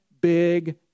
big